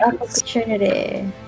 opportunity